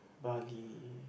Bali